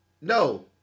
no